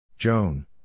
Joan